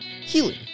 healing